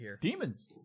Demons